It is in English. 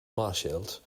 martialed